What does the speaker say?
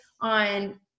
on